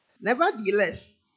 Nevertheless